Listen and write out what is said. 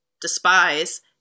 despise